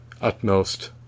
utmost